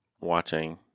watching